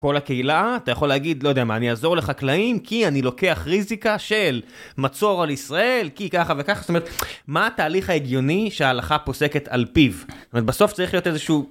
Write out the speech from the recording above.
כל הקהילה, אתה יכול להגיד, לא יודע מה, אני אזור לחקלאים כי אני לוקח ריזיקה של מצור על ישראל, כי ככה וככה, זאת אומרת מה התהליך ההגיוני שההלכה פוסקת על פיו, זאת אומרת בסוף צריך להיות איזשהו...